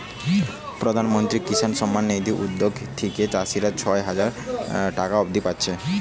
প্রধানমন্ত্রী কিষান সম্মান নিধি উদ্যগ থিকে চাষীরা ছয় হাজার টাকা অব্দি পাচ্ছে